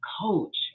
coach